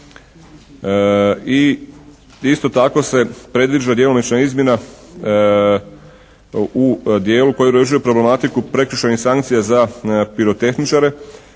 I isto tako se predviđa djelomična izmjena u dijelu koji uređuje problematiku prekršajnih sankcija za pirotehničare